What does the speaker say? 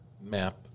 map